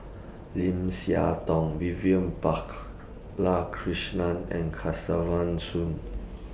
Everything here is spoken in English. Lim Siah Tong Vivian and Kesavan Soon